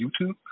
YouTube